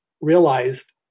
realized